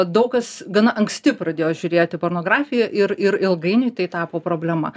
daug kas gana anksti pradėjo žiūrėti pornografiją ir ir ilgainiui tai tapo problema